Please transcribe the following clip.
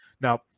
Now